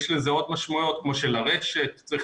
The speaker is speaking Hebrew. יש לזה עוד משמעויות כמו הרשת וצריך